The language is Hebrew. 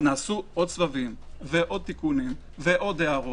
נעשו עוד סבבים ועוד תיקונים והערות.